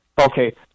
Okay